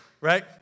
right